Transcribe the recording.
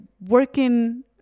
working